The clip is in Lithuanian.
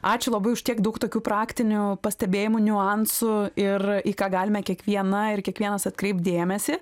ačiū labai už tiek daug tokių praktinių pastebėjimų niuansų ir į ką galime kiekviena ir kiekvienas atkreipti dėmesį